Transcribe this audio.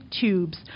tubes